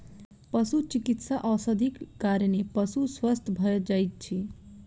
पशुचिकित्सा औषधिक कारणेँ पशु स्वस्थ भ जाइत अछि